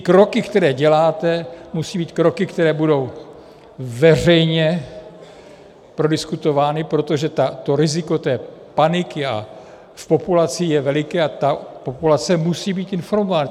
Kroky, které děláte, musí být kroky, které budou veřejně prodiskutovány, protože to riziko paniky v populaci je veliké a ta populace musí být informována.